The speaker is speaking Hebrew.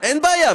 אין בעיה.